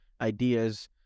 ideas